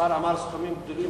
השר אמר: סכומים גדולים,